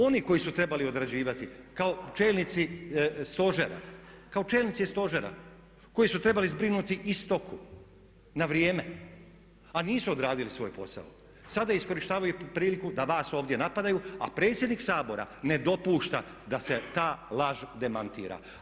Oni koji su trebali odrađivati kao čelnici stožera koji su trebali zbrinuti i stoku na vrijeme, a nisu odradili svoj posao, sada iskorištavaju priliku da vas ovdje napadaju, a predsjednik Sabora ne dopušta da se ta laž demantira.